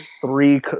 three